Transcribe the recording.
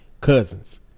cousins